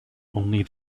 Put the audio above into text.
only